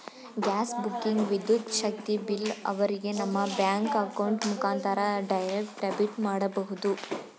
gas booking, ವಿದ್ಯುತ್ ಶಕ್ತಿ bill ಅವರಿಗೆ ನಮ್ಮ ಬ್ಯಾಂಕ್ ಅಕೌಂಟ್ ಮುಖಾಂತರ ಡೈರೆಕ್ಟ್ ಡೆಬಿಟ್ ಮಾಡಬಹುದು